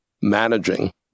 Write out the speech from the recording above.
managing